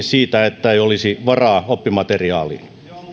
siitä että ei olisi varaa oppimateriaaliin